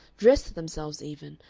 dressed themselves even,